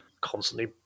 constantly